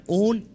own